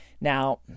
now